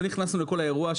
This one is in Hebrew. לא נכנסנו לכל האירוע,